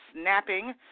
snapping